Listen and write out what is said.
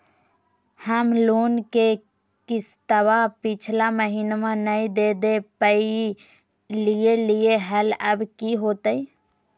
हम लोन के किस्तवा पिछला महिनवा नई दे दे पई लिए लिए हल, अब की होतई?